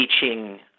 teaching